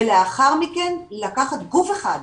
ולאחר מכן לקחת גוף אחד,